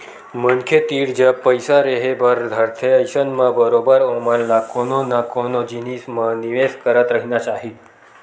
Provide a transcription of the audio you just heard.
मनखे तीर जब पइसा रेहे बर धरथे अइसन म बरोबर ओमन ल कोनो न कोनो जिनिस म निवेस करत रहिना चाही